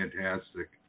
fantastic